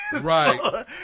Right